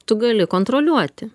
tu gali kontroliuoti